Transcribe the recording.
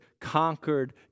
conquered